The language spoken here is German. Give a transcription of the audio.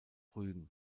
rügen